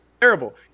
terrible